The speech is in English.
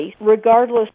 regardless